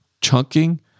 chunking